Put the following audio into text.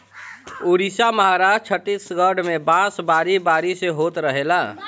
उड़ीसा, महाराष्ट्र, छतीसगढ़ में बांस बारी बारी से होत रहेला